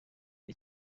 cya